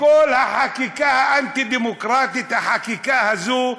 בכל החקיקה האנטי-דמוקרטית, החקיקה הזו,